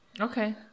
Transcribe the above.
Okay